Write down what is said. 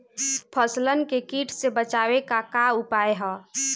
फसलन के कीट से बचावे क का उपाय है?